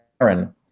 Aaron